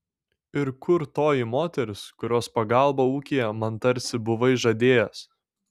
ir kur toji moteris kurios pagalbą ūkyje man tarsi buvai žadėjęs